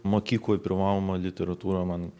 mokykloj privaloma literatūra man